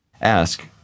Ask